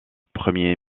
premier